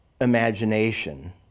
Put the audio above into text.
Imagination